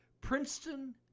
Princeton